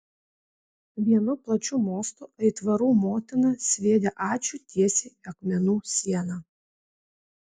vienu plačiu mostu aitvarų motina sviedė ačiū tiesiai į akmenų sieną